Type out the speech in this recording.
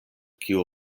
kiu